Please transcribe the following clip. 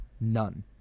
None